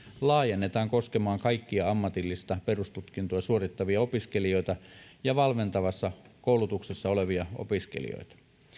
laajennetaan koskemaan kaikkia ammatillista perustutkintoa suorittavia opiskelijoita ja valmentavassa koulutuksessa olevia opiskelijoita